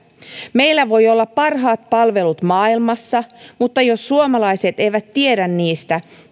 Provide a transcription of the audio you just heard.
meillä voi olla parhaat palvelut maailmassa mutta jos suomalaiset eivät tiedä niistä